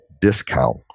discount